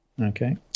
Okay